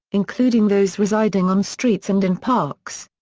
including those residing on streets and in parks.